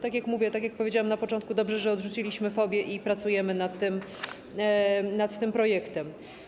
Tak jak mówię, tak jak powiedziałam na początku, dobrze, że odrzuciliśmy fobie i pracujemy nad tym projektem.